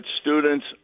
students